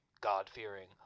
God-fearing